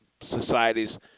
societies